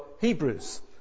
Hebrews